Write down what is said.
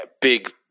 big